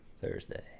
Thursday